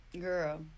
girl